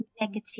negative